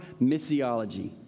missiology